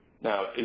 Now